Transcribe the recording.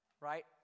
right